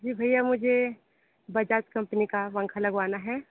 जी भैया मुझे बजाज कंपनी का पंखा लगवाना है